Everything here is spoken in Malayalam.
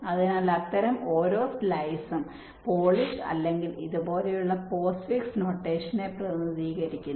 അതിനാൽ അത്തരം ഓരോ സ്ലൈസും പോളിഷ് അല്ലെങ്കിൽ ഇതുപോലുള്ള പോസ്റ്റ്ഫിക്സ് നൊട്ടേഷനെ പ്രതിനിധീകരിക്കുന്നു